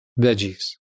veggies